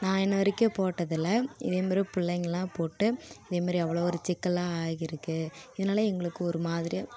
நான் இன்று வரைக்கும் போட்டதில்ல இதேமாதிரி பிள்ளைங்கள்லாம் போட்டு இதேமாதிரி அவ்வளோ ஒரு சிக்கலாக ஆகியிருக்கு இதனால் எங்களுக்கு ஒரு மாதிரியாக